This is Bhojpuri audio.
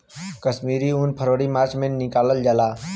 कश्मीरी उन फरवरी मार्च में निकालल जाला